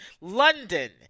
London